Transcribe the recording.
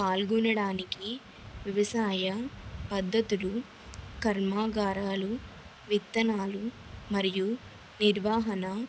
పాల్గొనడానికి వ్యవసాయ పద్ధతులు కర్మాగారాలు విత్తనాలు మరియు నిర్వాహణ